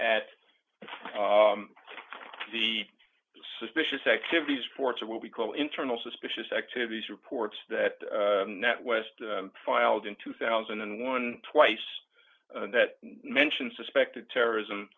at the suspicious activities force of will be called internal suspicious activities reports that net west filed in two thousand and one twice that mention suspected terrorism